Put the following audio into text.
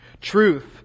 Truth